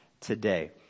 today